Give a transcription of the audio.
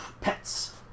Pets